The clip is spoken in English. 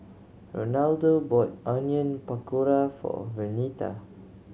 Ronaldo bought Onion Pakora for Vernita